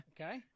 Okay